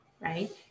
right